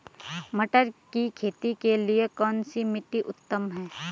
मटर की खेती के लिए कौन सी मिट्टी उत्तम है?